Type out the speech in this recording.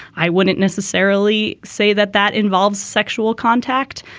i wouldn't necessarily say that that involves sexual contact.